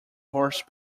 horse